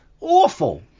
Awful